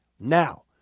Now